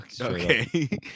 Okay